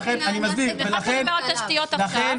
ולכן